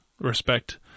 respect